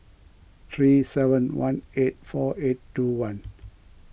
three seven one eight four eight two one